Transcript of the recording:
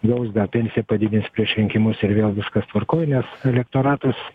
gaus pensiją padidins pieš rinkimus ir vėl viskas tvarkoj nes elektoratas